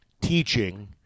teaching